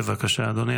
בבקשה, אדוני.